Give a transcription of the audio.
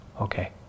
okay